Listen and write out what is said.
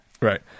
right